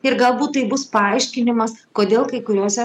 ir galbūt tai bus paaiškinimas kodėl kai kuriose